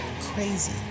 crazy